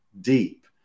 deep